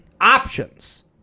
options